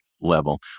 level